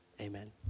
Amen